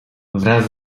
wraz